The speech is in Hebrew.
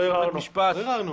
לא ערערנו.